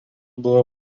buvo